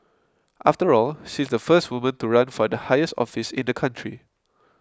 after all she's the first woman to run for the highest office in the country